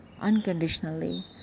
unconditionally